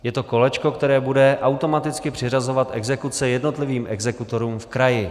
Je to kolečko, které bude automaticky přiřazovat exekuce jednotlivým exekutorům v kraji.